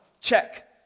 Check